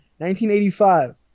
1985